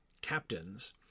Captains